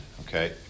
okay